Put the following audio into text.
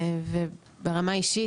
וברמה האישית,